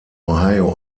ohio